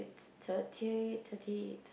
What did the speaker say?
it's thirty thirty